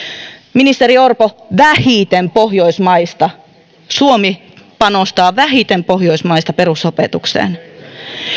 ministeri orpo vähiten pohjoismaista suomi panostaa vähiten pohjoismaista perusopetukseen